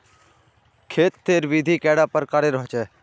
खेत तेर विधि कैडा प्रकारेर होचे?